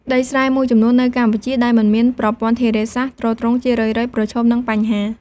ដីស្រែមួយចំនួននៅកម្ពុជា ដែលមិនមានប្រព័ន្ធធារាសាស្ត្រទ្រទ្រង់ ជារឿយៗប្រឈមនឹងបញ្ហា៖